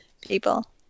people